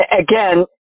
Again